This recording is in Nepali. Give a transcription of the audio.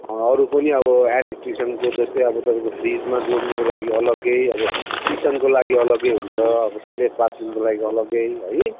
अरू पनि अब एलेक्ट्रिसियनको जस्तै अब तपाईँको फ्रिजमा जोड्नुको लागि अलग्गै अब किचनको लागि अलगै हुन्छ अब टोइलेट बाथरुमको लागि अलग्गै है